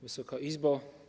Wysoka Izbo!